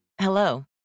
Hello